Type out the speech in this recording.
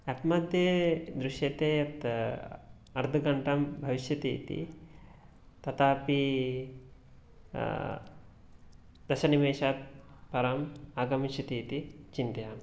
app मध्ये दृश्यते यत् अर्धघण्टा भविष्यति इति तथापि दशनिमेषात् परम् आगमिष्यति इति चिन्तयामि